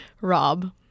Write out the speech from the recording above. rob